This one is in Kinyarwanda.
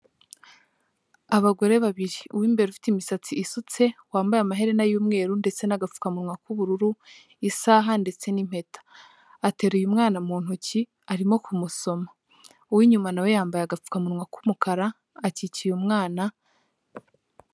Abagore babiri; uw'imbere ufite imisatsi isutse, wambaye amaherena y'umweru ndetse n'agapfukamuwa k'ubururu, isaha ndetse n'impeta. Ateruye mwana mu ntoki, arimo kumusoma. Uw'inyuma na we yambaye agapfukamunwa k'umukara, akikiye umwana.